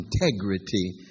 integrity